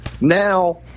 Now